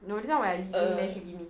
err